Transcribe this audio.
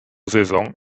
saison